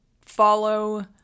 follow